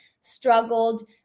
struggled